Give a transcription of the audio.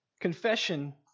Confession